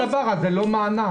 אם זה אותו דבר אז זה לא מענק.